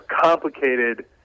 complicated